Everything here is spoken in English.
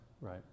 right